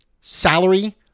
salary